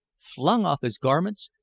flung off his garments,